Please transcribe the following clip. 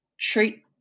treat